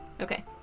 Okay